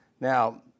Now